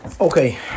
Okay